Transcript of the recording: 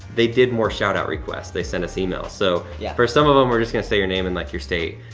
they did more shout-out requests. they sent us emails, so yeah. for some of em, we're just gonna say your name and like your state,